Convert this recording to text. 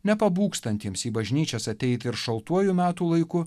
nepabūgstantiems į bažnyčias ateiti ir šaltuoju metų laiku